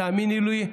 תאמינו לי,